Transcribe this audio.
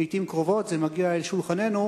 ולעתים קרובות זה מגיע לשולחננו,